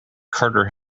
carter